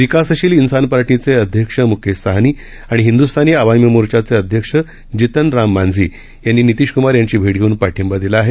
विकासशील इन्सान पार्टीचे अध्यक्ष म्केश साहनी आणि हिद्स्थानी आवामी मोर्च्याचे अध्यक्ष जीतनराम मांझी यांनी नितीश कुमार यांची भेट घेऊन पाठिंबा दिला आहे